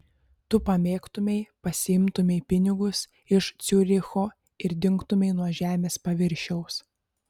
tu pabėgtumei pasiimtumei pinigus iš ciuricho ir dingtumei nuo žemės paviršiaus